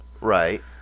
Right